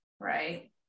right